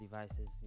devices